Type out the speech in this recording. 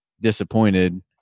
disappointed